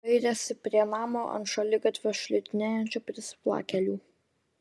dairėsi prie namo ant šaligatvio šlitinėjančių prisiplakėlių